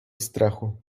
strachu